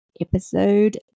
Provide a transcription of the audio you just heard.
episode